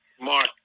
Mark